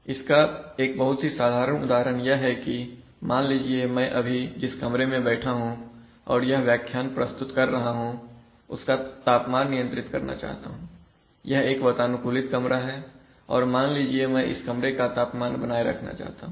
इसका एक बहुत ही साधारण उदाहरण यह है कि मान लीजिए मैं अभी जिस कमरे में बैठा हूं और यह व्याख्यान प्रस्तुत कर रहा हूं उसका तापमान नियंत्रित करना चाहता हूं यह एक वातानुकूलित कमरा है और मान लीजिए मैं इस कमरे का तापमान बनाए रखना चाहता हूं